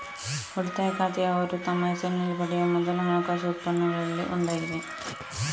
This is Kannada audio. ಉಳಿತಾಯ ಖಾತೆಯುಅವರು ತಮ್ಮ ಹೆಸರಿನಲ್ಲಿ ಪಡೆಯುವ ಮೊದಲ ಹಣಕಾಸು ಉತ್ಪನ್ನಗಳಲ್ಲಿ ಒಂದಾಗಿದೆ